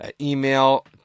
email